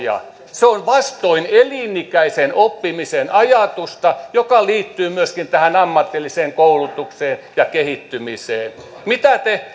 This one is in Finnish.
se on vastoin elin ikäisen oppimisen ajatusta joka liittyy myöskin tähän ammatilliseen koulutukseen ja kehittymiseen mitä te